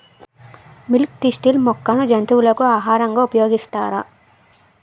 Milk thistle మొక్కను జంతువులకు ఆహారంగా ఉపయోగిస్తారా?